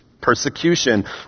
persecution